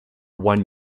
one